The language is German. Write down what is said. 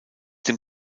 dem